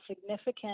significant